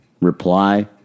Reply